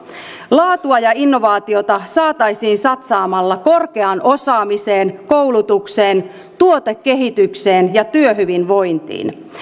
laatua ja innovaatiota saataisiin satsaamalla korkeaan osaamiseen koulutukseen tuotekehitykseen ja työhyvinvointiin